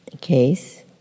case